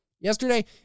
Yesterday